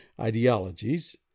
ideologies